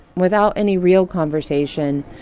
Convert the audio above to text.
without any real conversation,